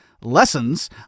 lessons